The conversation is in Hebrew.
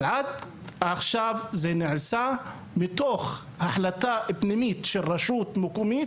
אבל עד עכשיו זה נעשה מתוך החלטה פנימית של רשות מקומית,